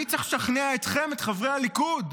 אני צריך לשכנע אתכם, את חברי הליכוד,